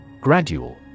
Gradual